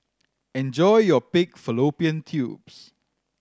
enjoy your pig fallopian tubes